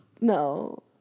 No